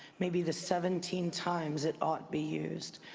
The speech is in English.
maybe the seventeen times it ought be used.